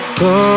go